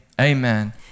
amen